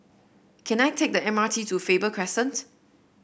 can I take the M R T to Faber Crescent